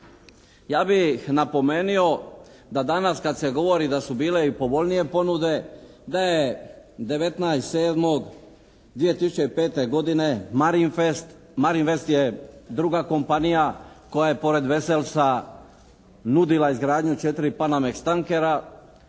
Ja bih napomenuo da danas kad se govori da su bile i povoljnije ponude da je 19.7.2005. godine «Marin fest», «Marin west» je druga kompanija koja je pored «Weselsa» nudila izgradnju 4 «panameks» tankera